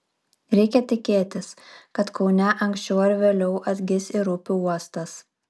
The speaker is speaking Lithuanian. reikia tikėtis kad kaune anksčiau ar vėliau atgis ir upių uostas